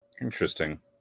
Interesting